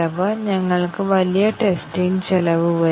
ഇതിനെ ഞങ്ങൾ DU chain എന്ന് വിളിക്കുന്നു